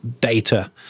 data